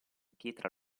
pietra